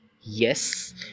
Yes